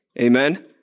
Amen